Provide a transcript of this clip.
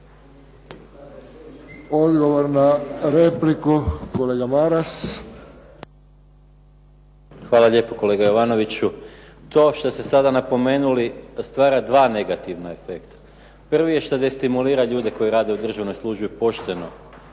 Odgovor na repliku kolega Maras. **Maras, Gordan (SDP)** Hvala lijepa kolega Jovanoviću. To što ste sada napomenuli stvara dva negativna efekta. Prvi je što destimulira ljude koji rade u državnoj službi pošteno